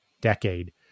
decade